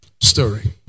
story